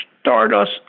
stardust